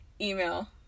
email